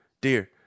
dear